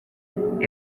and